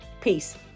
Peace